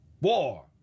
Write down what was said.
War